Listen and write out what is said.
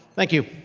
thank you.